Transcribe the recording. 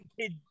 kid